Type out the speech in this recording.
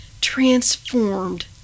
transformed